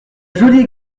jolie